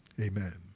Amen